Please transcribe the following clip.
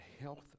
health